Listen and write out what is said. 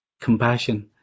compassion